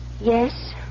Yes